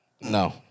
No